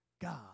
God